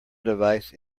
device